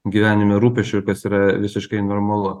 gyvenime rūpesčių ir kas yra visiškai normalu